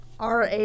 RA